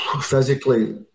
physically